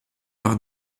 par